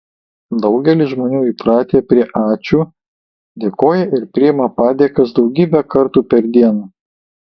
daugelis žmonių įpratę prie ačiū dėkoja ir priima padėkas daugybę kartų per dieną